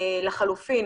לחילופין